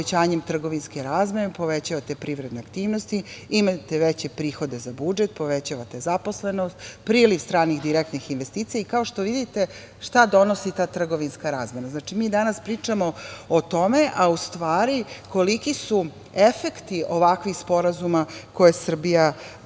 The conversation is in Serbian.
povećanjem trgovinske razmene povećavate privredne aktivnosti, imate veće prihode za budžet, povećavate zaposlenost, priliv stranih direktnih investicija, i kao što vidite šta donosi ta trgovinska razmena. Znači, mi danas pričamo o tome, a u stvari koliki su efekti ovakvih sporazuma koje Srbija